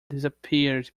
disappeared